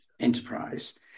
Enterprise